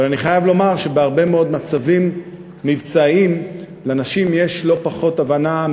אבל אני חייב לומר שבהרבה מאוד מצבים מבצעיים לנשים יש לא פחות הבנה,